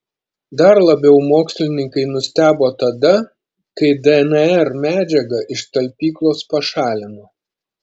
dar labiau mokslininkai nustebo tada kai dnr medžiagą iš talpyklos pašalino